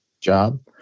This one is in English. job